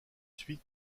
suite